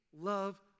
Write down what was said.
love